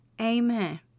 Amen